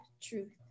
truth